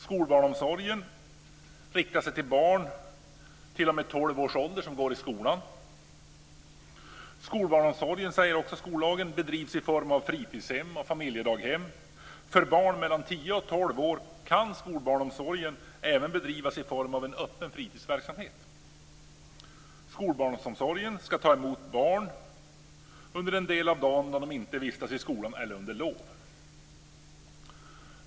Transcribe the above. Skolbarnsomsorgen bedrivs, säger skollagen, i form av fritidshem och familjedaghem. För barn mellan tio och tolv år kan skolbarnsomsorgen även bedrivas i form av en öppen fritidsverksamhet. Skolbarnsomsorgen ska ta emot barn under den del av dagen då de inte vistas i skolan eller under lov.